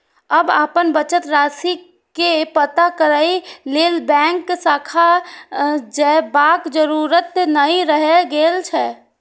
आब अपन बचत राशि के पता करै लेल बैंक शाखा जयबाक जरूरत नै रहि गेल छै